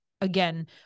again